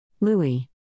Louis